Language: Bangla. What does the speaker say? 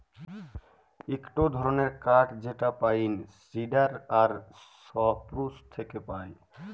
ইকটো ধরণের কাঠ যেটা পাইন, সিডার আর সপ্রুস থেক্যে পায়